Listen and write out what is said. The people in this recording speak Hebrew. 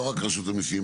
לא רק רשות המיסים,